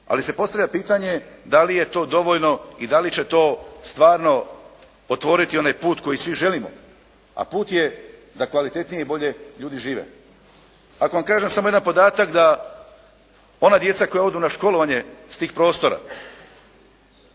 ali se postavlja pitanje da li je to dovoljno i da li će to stvarno otvoriti onaj put koji svi želimo, a put je da kvalitetnije i bolje ljudi žive. Ako vam kažem samo jedan podatak da ona djeca koja odu na školovanje s tih prostora